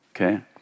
okay